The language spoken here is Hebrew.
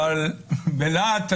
בלהט הדיונים,